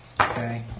Okay